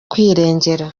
kwirengera